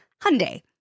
Hyundai